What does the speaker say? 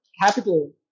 capital